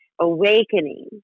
awakening